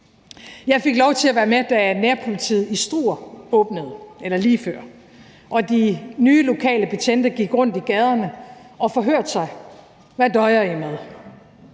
Jeg fik lov til at være med, lige før nærpolitiet i Struer åbnede deres station, og de nye lokale betjente gik rundt i gaderne og forhørte sig og spurgte: Hvad døjer I med?